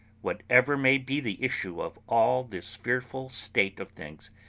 whatever may be the issue of all this fearful state of things,